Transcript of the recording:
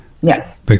Yes